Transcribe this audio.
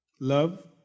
Love